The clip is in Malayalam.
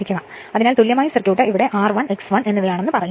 അതിനാൽ തുല്യമായ സർക്യൂട്ട് ഇത് R1 X1 എന്നിവയാണെന്ന് പറയുന്നു